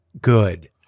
good